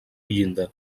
llinda